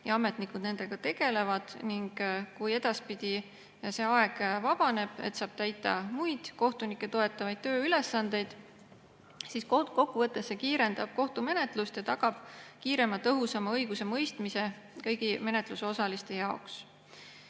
ja ametnikud nendega tegelevad. Kui edaspidi see aeg vabaneb ja saab täita muid kohtunikke toetavaid tööülesandeid, siis kokkuvõttes see kiirendab kohtumenetlust ja tagab kiirema ja tõhusama õigusemõistmise kõigi menetlusosaliste jaoks.